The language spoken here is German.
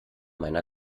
meiner